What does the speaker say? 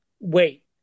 Wait